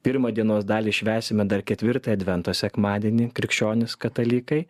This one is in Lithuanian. pirmą dienos dalį švęsime dar ketvirtą advento sekmadienį krikščionys katalikai